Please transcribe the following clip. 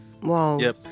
Wow